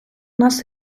нас